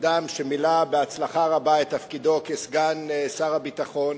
אדם שמילא בהצלחה רבה את תפקידו כסגן שר הביטחון,